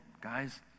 guys